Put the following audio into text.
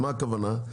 מה הכוונה?